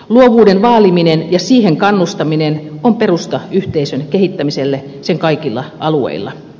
luovuuden vaaliminen ja siihen kannustaminen on perusta yhteisön kehittämiselle sen kaikilla alueilla